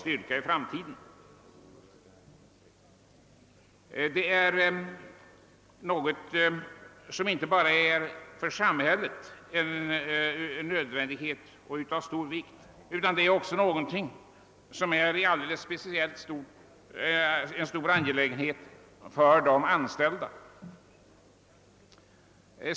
Detta är en nödvändighet inte endast för samhället utan också för de anställda.